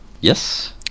Yes